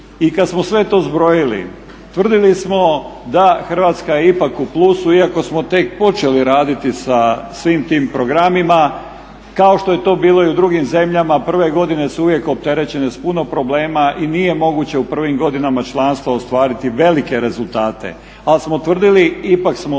I kad smo sve to zbrojili tvrdili smo da Hrvatska je ipak u plusu iako smo tek počeli raditi sa svim tim programima. Kao što je to bilo i u drugim zemljama, prve godine su uvijek opterećene s puno problema i nije moguće u prvim godinama članstva ostvariti velike rezultate, ali smo tvrdili ipak smo u